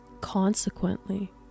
Consequently